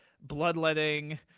bloodletting